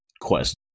quest